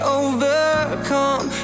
overcome